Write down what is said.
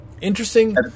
Interesting